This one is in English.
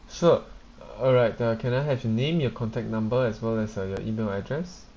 sure alright uh can I have your name your contact number as well as uh your email address